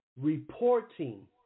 reporting